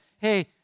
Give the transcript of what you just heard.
hey